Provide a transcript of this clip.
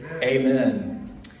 Amen